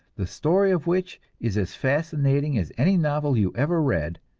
the story of which is as fascinating as any novel you ever read,